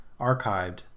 archived